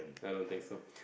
I don't think so